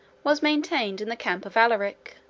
was maintained in the camp of alaric